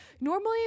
normally